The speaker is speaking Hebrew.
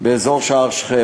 באזור שער-שכם.